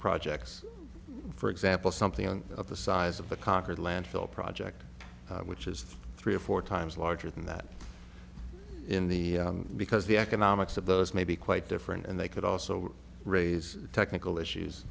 projects for example something on the size of the concord landfill project which is three or four times larger than that in the because the economics of those may be quite different and they could also raise technical issues